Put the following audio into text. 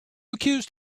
accused